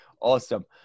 Awesome